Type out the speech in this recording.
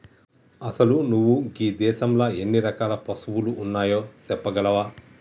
అసలు నువు గీ దేసంలో ఎన్ని రకాల పసువులు ఉన్నాయో సెప్పగలవా